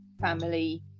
family